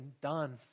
done